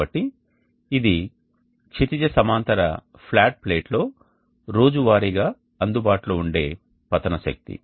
కాబట్టి ఇది క్షితిజ సమాంతర ఫ్లాట్ ప్లేట్లో రోజువారీ గా అందుబాటులో ఉండే పతన శక్తి